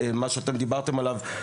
מה שאתם דיברתם עליו,